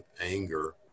anger